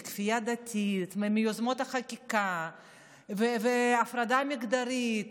כפייה דתית ויוזמות החקיקה והפרדה מגדרית,